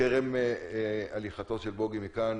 טרם הליכתו של חבר הכנסת יעלון מכאן,